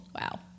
Wow